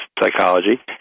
psychology